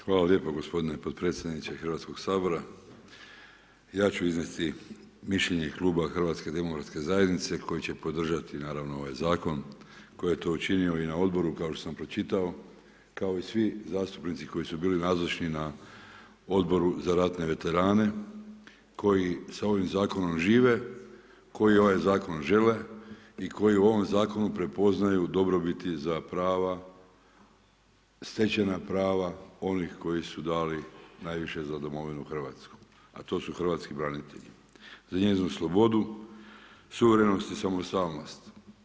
Hvala lijepo gospodine potpredsjedniče Hrvatskog sabora ja ću iznesti mišljenje kluba HDZ-a koji će podržati naravno ovaj zakon koji je to učinio i na odboru kao što sam pročitao kao i svi zastupnici koji su bili nazočni na Odboru za ratne veterane koji sa ovim zakonom žive, koji ovaj zakon žele i koji u ovom zakonu prepoznaju dobrobiti za prava, stečena prava onih koji su dali najviše za domovinu Hrvatsku, a to su hrvatski branitelji, za njezinu slobodu, suverenost i samostalnost.